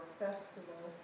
festival